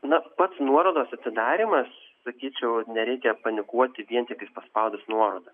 na pats nuorodos atidarymas sakyčiau nereikia panikuoti vien tik paspaudus nuorodą